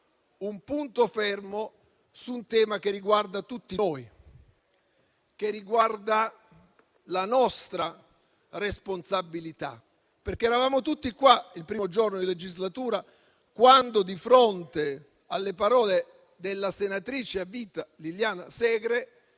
un punto fermo su un tema che riguarda tutti noi e la nostra responsabilità, perché eravamo tutti qui il primo giorno della legislatura quando, di fronte alle parole della senatrice a vita Liliana Segre,